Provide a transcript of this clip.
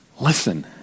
Listen